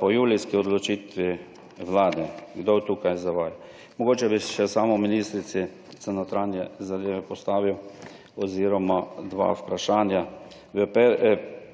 po julijski odločitvi Vlade. Kdo je tukaj, zavaja? Mogoče bi še samo ministrici za notranje zadeve postavil dva vprašanja. V